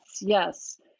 Yes